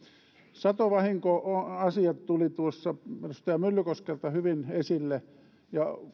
satovahinkoasiat tulivat tuossa edustaja myllykoskelta hyvin esille ja